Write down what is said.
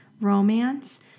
romance